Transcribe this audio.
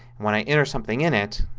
when i enter something in it,